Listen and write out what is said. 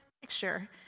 picture